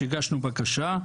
הגשנו בקשה.